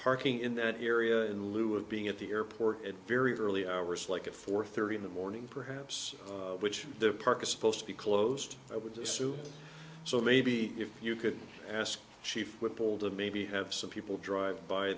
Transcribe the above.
parking in that area in lieu of being at the airport at very early hours like at four thirty in the morning perhaps which the park is supposed to be closed i would assume so maybe if you could ask chief were polled and maybe have some people drive by